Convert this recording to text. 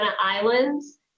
Islands